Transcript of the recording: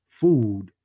food